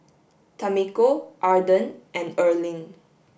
Tamiko Arden and Erling